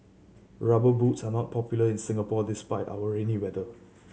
Rubber Boots are not popular in Singapore despite our rainy weather